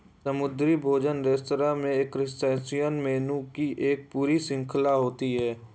समुद्री भोजन रेस्तरां में क्रस्टेशियन मेनू की एक पूरी श्रृंखला होती है